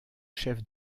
chef